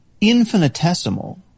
infinitesimal